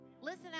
Listen